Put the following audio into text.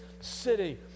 city